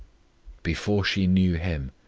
before she knew him,